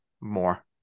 more